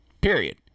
Period